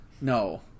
No